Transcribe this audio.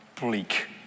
Bleak